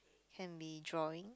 can be drawing